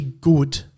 good